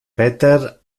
peter